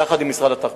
יחד עם משרד התחבורה.